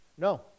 no